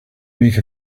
make